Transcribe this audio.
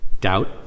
doubt